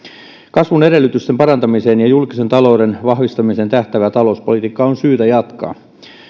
kasvun edellytysten parantamiseen ja julkisen talouden vahvistamiseen tähtäävää talouspolitiikkaa on syytä jatkaa